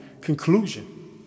conclusion